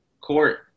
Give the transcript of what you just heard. Court